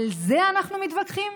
על זה אנחנו מתווכחים,